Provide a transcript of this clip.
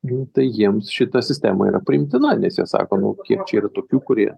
nu tai jiems šita sistema yra priimtina nes jie sako nu kiek čia yra tokių kurie